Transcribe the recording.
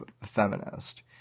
feminist